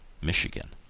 michigan.